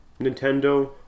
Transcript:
Nintendo